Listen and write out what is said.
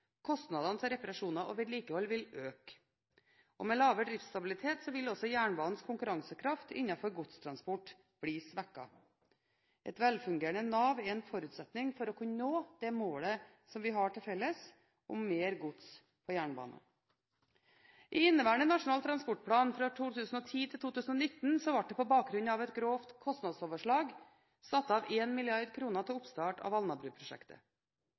Kostnadene til reparasjoner og vedlikehold vil øke. Med lavere driftsstabilitet vil også jernbanens konkurransekraft innenfor godstransport bli svekket. Et velfungerende nav er en forutsetning for å kunne nå det målet som vi har til felles, om mer gods på jernbanen. I inneværende Nasjonal transportplan 2010–2019 ble det på bakgrunn av et grovt kostnadsoverslag satt av 1 mrd. kr til oppstart av